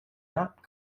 not